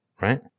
Right